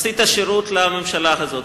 עשית שירות לממשלה הזאת,